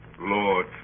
Lord